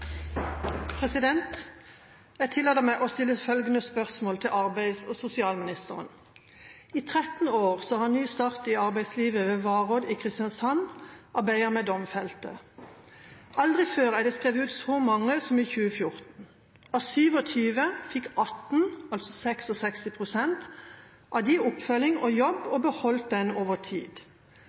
internasjonalt. Jeg tillater meg å stille følgende spørsmål til arbeids- og sosialministeren: «'Ny Start i arbeidslivet' er blitt drevet i 13 år ved Varodd i Kristiansand. Aldri før er det skrevet ut så mange til jobb derfra som i 2014. 66 pst. fikk oppfølging til jobb som de beholdt over tid.